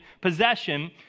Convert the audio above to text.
possession